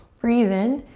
breathe in.